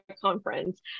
conference